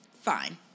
fine